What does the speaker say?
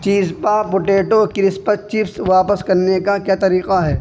چیزپا potato کرس پچپس واپس کرنے کا کیا طریقہ ہے